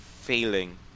failing